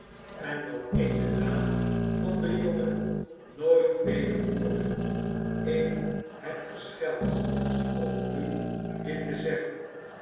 en dat ik den naam van den jongen nooit weder hoore ik heb gescheld om u dit te zeggen